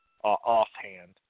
offhand